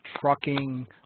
trucking